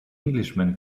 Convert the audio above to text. englishman